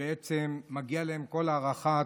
שבעצם מגיעות להם כל הערכה,